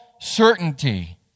certainty